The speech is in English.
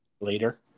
later